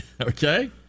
Okay